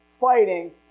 fighting